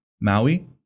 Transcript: Maui